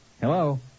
Hello